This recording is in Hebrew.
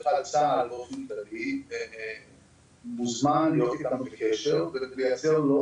או בכלל צה"ל באופן כללי מוזמן להיות איתנו בקשר ותינתן לו